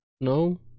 No